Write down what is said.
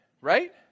right